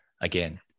again